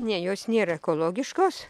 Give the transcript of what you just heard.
ne jos nėra ekologiškos